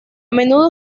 menudo